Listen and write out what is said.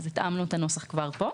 התאמנו את הנוסח כבר פה.